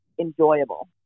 enjoyable